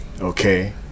Okay